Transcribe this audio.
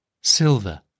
silver